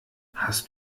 hast